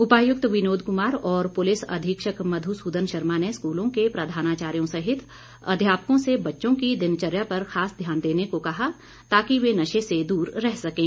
उपायुक्त विनोद कुमार और पुलिस अधीक्षक मधु सूदन शर्मा ने स्कूलों के प्रधानाचार्यों सहित अध्यापकों से बच्चों की दिनचर्या पर खास ध्यान देने को कहा ताकि वे नशे से दूर रह सकें